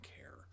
care